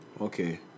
okay